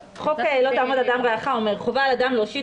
חוק לא תעמוד על דם רעך אומר: חובה על אדם להושיט